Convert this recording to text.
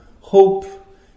hope